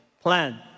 plan